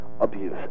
abuse